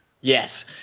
Yes